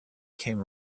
came